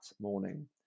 morning